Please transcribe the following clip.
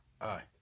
Aye